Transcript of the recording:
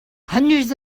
hundreds